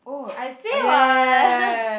I say what